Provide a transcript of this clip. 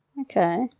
okay